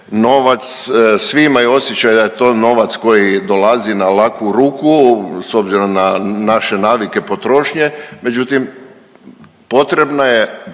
novac, svi imaju osjećaj da je to novac koji dolazi na laku ruku s obzirom na naše navike potrošnje. Međutim, potrebna je